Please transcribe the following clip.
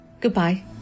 Goodbye